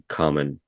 common